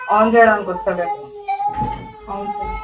on చేయడానికి వస్తలేదు అవును సార్